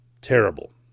terrible